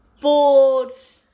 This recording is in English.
boards